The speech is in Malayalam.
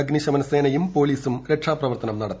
അഗ്നിശമന സേനയും പോലീസും രക്ഷാപ്രവർത്തനം നടത്തി